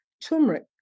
turmeric